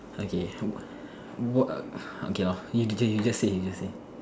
okay what what a okay lor you you you just say you just say